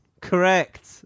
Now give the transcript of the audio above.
Correct